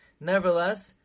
Nevertheless